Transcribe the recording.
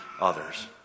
others